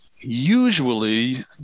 usually